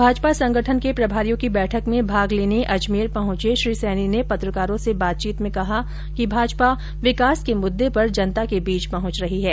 भाजपा संगठन के प्रभारियों की बैठक में भाग लेने अजमेर पहुंचे श्री सैनी ने पत्रकारों से बातचीत में कहा कि भाजपा विकास के मुद्दे पर जनता के बीच पहुंच रही है